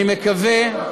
אני מקווה,